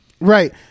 right